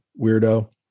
weirdo